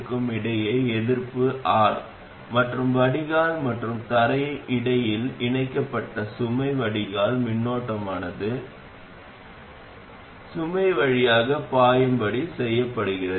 உண்மையில் இதன் பொருள் என்னவென்றால் இங்கே பாயும் மின்னோட்டம் gm முறை vgs ii க்கு சமமாக இருக்கும் வகையில் vgs தன்னைத்தானே சரிப்படுத்திக் கொள்ளும்